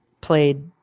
played